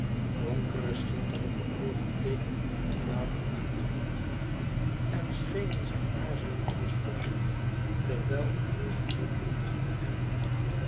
donkere schitterende oogen keken onder het water uit en schenen zijn aarzelen te bespotten terwijl een hoi gemompel achter hem